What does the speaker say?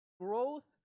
growth